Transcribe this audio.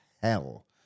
hell